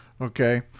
Okay